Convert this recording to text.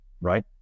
right